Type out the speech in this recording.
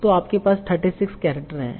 तो आपके पास 36 करैक्टर हैं